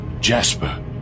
Jasper